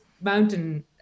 mountain